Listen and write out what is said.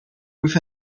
with